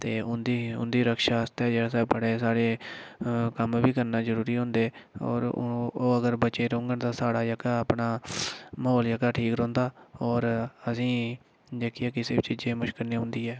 ते उं'दी उंदी रक्षा आस्तै जेह्ड़े साढ़े बड़े सारे कम्म बी करना जरूरी होंदे होर ओह् अगर बचे दे रौह्ङन तां साढ़ा जेह्का अपना म्हौल जेह्का ठीक रौंह्दा होर असेंगी जेह्की ऐ किसै बी चीज़ै दी मुश्कल नी औंदी ऐ